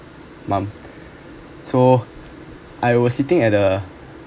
mom so I was sitting at the